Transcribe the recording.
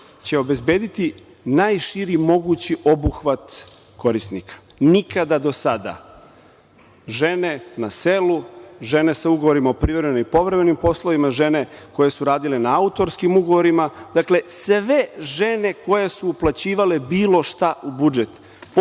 će obezbediti najširi mogući obuhvat korisnika. Nikada do sada žene na selu, žene sa ugovorima o privremenim i povremenim poslovnima, žene koje su radile na autorskim ugovorima, sve žene koje su uplaćivale bilo šta u budžet